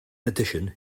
addition